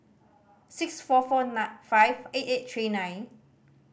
six four four five eight eight three nine